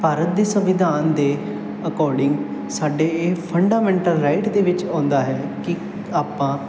ਭਾਰਤ ਦੇ ਸੰਵਿਧਾਨ ਦੇ ਅਕੋਰਡਿੰਗ ਸਾਡੇ ਇਹ ਫੰਡਾਮੈਂਟਲ ਰਾਈਟ ਦੇ ਵਿੱਚ ਆਉਂਦਾ ਹੈ ਕਿ ਆਪਾਂ